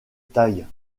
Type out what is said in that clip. taille